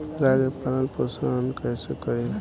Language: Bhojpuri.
गाय के पालन पोषण पोषण कैसे करी?